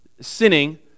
sinning